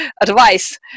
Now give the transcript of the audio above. advice